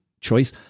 choice